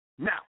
Now